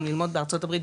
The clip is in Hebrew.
גם ללמוד בארצות הברית,